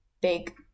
big